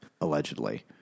allegedly